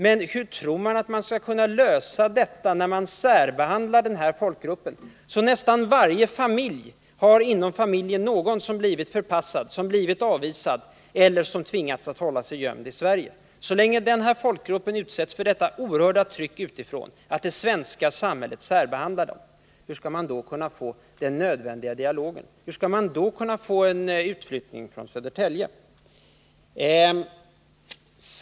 Men hur tror man att man skall kunna lösa det problemet när man särbehandlar den här folkgruppen, så att nästan varje familj inom sig har någon som har blivit förpassad, som har blivit avvisad eller som har tvingats att hålla sig gömd i Sverige? Så länge den här folkgruppen utsätts för detta oerhörda tryck utifrån — att det svenska samhället särbehandlar den — hur skall man då kunna få den nödvändiga dialogen, hur skall man då kunna få en utflyttning från Södertälje?